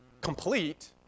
complete